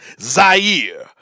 Zaire